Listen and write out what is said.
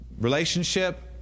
relationship